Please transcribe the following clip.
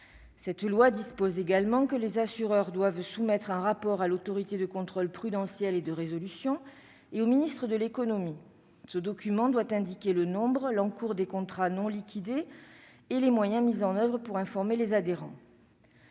Cette loi dispose également que les assureurs doivent soumettre un rapport à l'Autorité de contrôle prudentiel et de résolution et au ministre de l'économie. Ce document doit indiquer le nombre et l'encours des contrats non liquidés, ainsi que les moyens mis en oeuvre pour informer les adhérents.